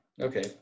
Okay